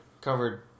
covered